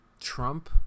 Trump